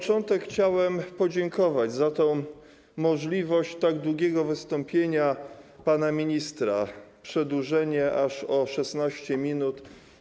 Chciałem podziękować za możliwość tak długiego wystąpienia pana ministra, było to przedłużenie aż o 16 minut.